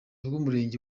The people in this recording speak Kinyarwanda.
bw’umurenge